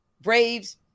Braves